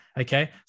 Okay